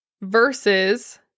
versus